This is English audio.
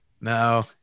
No